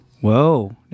Whoa